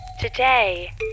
Today